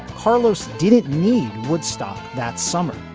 carlos didn't need woodstock that summer.